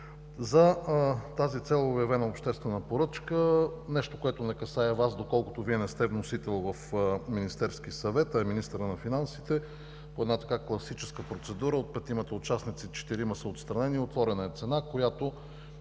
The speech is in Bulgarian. За тази цел е обявена обществена поръчка, нещо, което не касае Вас, доколкото Вие не сте вносител в Министерския съвет, а е министърът на финансите. По една класическа процедура от петимата участници четирима са отстранени, отворена е цена, която